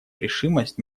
решимость